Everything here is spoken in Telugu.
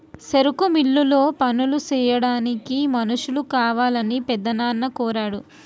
సెరుకు మిల్లులో పనులు సెయ్యాడానికి మనుషులు కావాలని పెద్దనాన్న కోరాడు